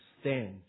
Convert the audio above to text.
stand